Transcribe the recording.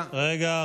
רגע,